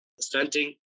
stunting